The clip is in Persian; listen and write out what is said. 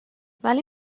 ولی